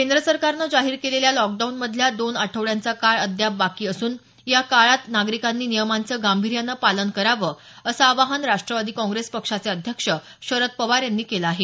केंद्र सरकारनं जाहीर केलेल्या लॉकडाऊनमधल्या दोन आठवड्यांचा काळ अद्याप बाकी असून या काळात नागरिकांनी नियमांच गांभीर्यानं पालन करावं असं आवाहन राष्ट्रवादी काँग्रेस पक्षाचे अध्यक्ष शरद पवार यांनी केलं आहे